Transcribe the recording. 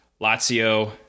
Lazio